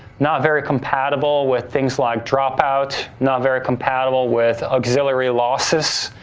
not very compatible with things like drop out, not very compatible with auxiliary losses,